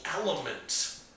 element